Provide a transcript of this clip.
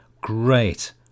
Great